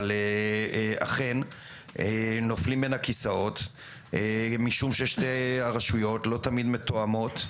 אכן נופלים בין הכיסאות משום ששתי הרשויות לא תמיד מתואמות,